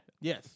yes